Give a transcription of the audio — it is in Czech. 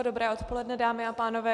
Dobré odpoledne, dámy a pánové.